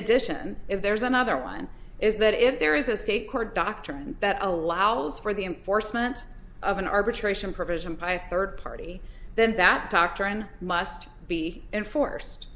addition if there's another one is that if there is a state court doctrine that allows for the inforce meant of an arbitration provision by third party then that doctrine must be enforced